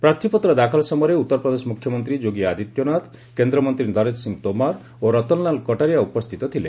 ପ୍ରାର୍ଥୀପତ୍ର ଦାଖଲ ସମୟରେ ଉତ୍ତରପ୍ରଦେଶ ମୁଖ୍ୟମନ୍ତ୍ରୀ ଯୋଗୀ ଆଦିତ୍ୟନାଥ କେନ୍ଦ୍ରମନ୍ତ୍ରୀ ନରେନ୍ଦ୍ର ସିଂ ତୋମର ଓ ରତନଲାଲ କଟ୍ଟାରିଆ ଉପସ୍ଥିତ ଥିଲେ